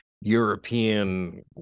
European